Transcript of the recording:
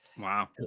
Wow